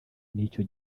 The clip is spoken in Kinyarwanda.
n’icyo